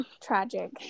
Tragic